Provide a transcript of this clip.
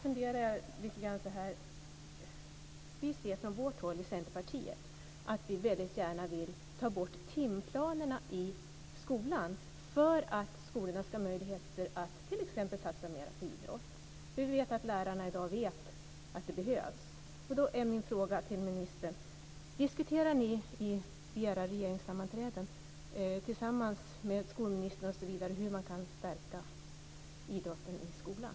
Vi i Centerpartiet vill väldigt gärna ta bort timplanerna i skolan för att skolorna ska ha möjlighet att t.ex. satsa mer på idrott. Vi vet att lärarna i dag känner till att det behövs. Då är min fråga till ministern: Diskuterar ni vid era regeringssammanträden tillsammans med bl.a. skolministern hur man kan stärka idrotten i skolan?